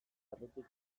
barrutik